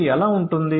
ఇది ఎలా ఉంటుంది